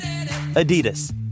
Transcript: Adidas